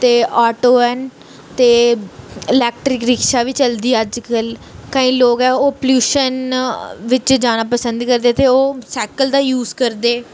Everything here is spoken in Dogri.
ते आटो ऐ न ते इलेक्ट्रिक रिक्शा बी चलदी अज्जकल केईं लोग ऐ ओह् पोलुशन बिच्च जाना पसंद करदे ते ओह् सैकल दा यूज़ करदे